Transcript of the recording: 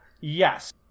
Yes